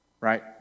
right